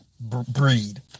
breed